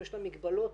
מדהים.